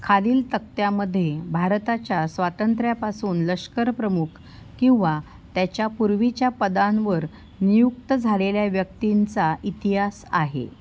खालील तक्त्यामध्ये भारताच्या स्वातंत्र्यापासून लष्करप्रमुख किंवा त्याच्या पूर्वीच्या पदांवर नियुक्त झालेल्या व्यक्तींचा इतिहास आहे